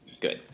good